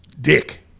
Dick